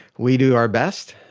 we do our best,